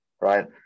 right